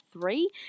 three